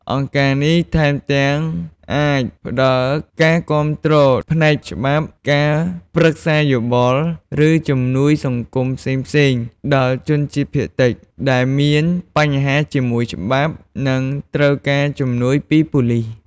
អង្គការនេះថែមទាំងអាចផ្តល់ការគាំទ្រផ្នែកច្បាប់ ការប្រឹក្សាយោបល់ ឬជំនួយសង្គមផ្សេងៗដល់ជនជាតិភាគតិច ដែលមានបញ្ហាជាមួយច្បាប់ ឬត្រូវការជំនួយពីប៉ូលិស។